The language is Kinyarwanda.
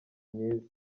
myiza